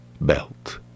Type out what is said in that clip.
belt